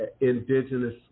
indigenous